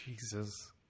Jesus